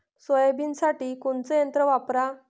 सोयाबीनसाठी कोनचं यंत्र वापरा?